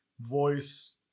voice